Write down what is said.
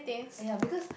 ya because